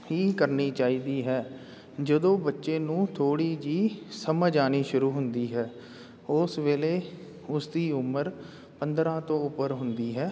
ਹੀ ਕਰਨੀ ਚਾਹੀਦੀ ਹੈ ਜਦੋਂ ਬੱਚੇ ਨੂੰ ਥੋੜ੍ਹੀ ਜਿਹੀ ਸਮਝ ਆਉਣੀ ਸ਼ੁਰੂ ਹੁੰਦੀ ਹੈ ਉਸ ਵੇਲੇ ਉਸਦੀ ਉਮਰ ਪੰਦਰਾਂ ਤੋਂ ਉੱਪਰ ਹੁੰਦੀ ਹੈ